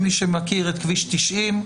מי שמכיר את כביש 90,